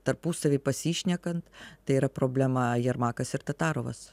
tarpusavy pasišnekant tai yra problema jermakas ir tatarovas